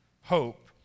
Hope